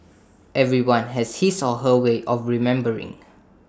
everyone has his or her way of remembering